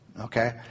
Okay